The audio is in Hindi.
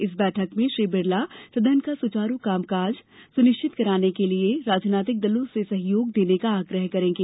इस बैठक में श्री बिरला सदन का सुचारू कामकाज सुनिश्चित करने के लिए राजनीतिक दलों से सहयोग देने का आग्रह करेंगे